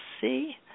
see